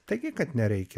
taigi kad nereikia